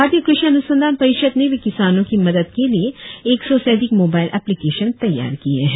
भारतीय कृषि अनुसंधान परिषद ने भी किसानों की मदद के लिए एक सौ से अधिक मोबाइल एप्लीकेशन तैयार किए है